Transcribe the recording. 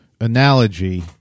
analogy